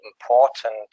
important